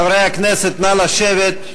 חברי הכנסת, נא לשבת.